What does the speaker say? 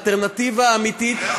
האלטרנטיבה האמיתית,